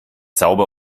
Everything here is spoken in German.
sauber